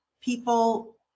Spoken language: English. people